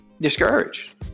discouraged